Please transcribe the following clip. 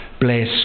Bless